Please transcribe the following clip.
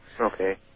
Okay